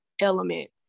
element